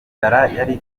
yari